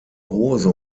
hose